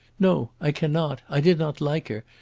no, i cannot! i did not like her.